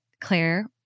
Claire